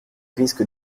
risquent